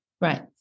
Right